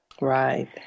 Right